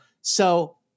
So-